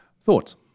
Thoughts